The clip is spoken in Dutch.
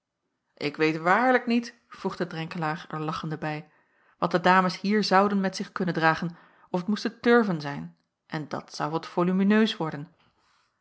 ik weet waarlijk niet voegde drenkelaer er lachende bij wat de dames hier zouden met zich kunnen dragen of het moesten turven zijn en dat zou wat volumineus worden